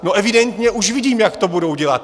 No, evidentně už vidím, jak to budou dělat.